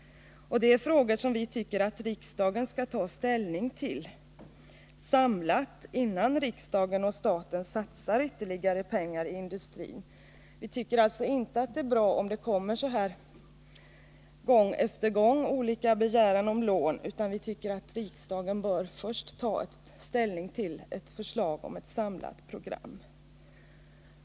Det är frågor som vi tycker att riksdagen samlat skall ta ställning till, innan riksdagen och staten satsar ytterligare pengar i industrin. Det är enligt vår mening inte bra att begäran om lån kommer gång på gång. I stället bör alltså riksdagen först ta ställning till ett förslag om ett samlat program.